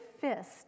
fist